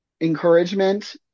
encouragement